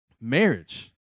marriage